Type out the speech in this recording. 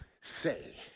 say